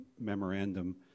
memorandum